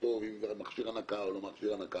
טוב אם זה מכשיר הנקה או לא מכשיר הנקה,